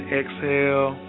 exhale